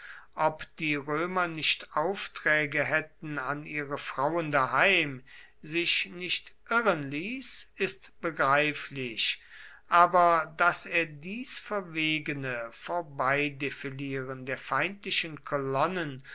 ob die römer nicht aufträge hätten an ihre frauen daheim sich nicht irren ließ ist begreiflich aber daß er dies verwegene vorbeidefilieren der feindlichen